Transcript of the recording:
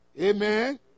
Amen